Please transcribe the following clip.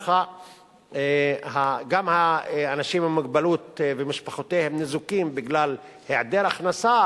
וכך גם האנשים עם מוגבלות ומשפחותיהם ניזוקים בגלל היעדר הכנסה,